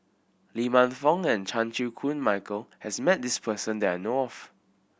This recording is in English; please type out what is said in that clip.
Lee Man Fong and Chan Chew Koon Michael has met this person that I know of